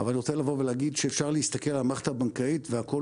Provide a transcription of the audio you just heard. אבל אני רוצה להגיד שאפשר להסתכל על המערכת הבנקאית והכול